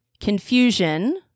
confusion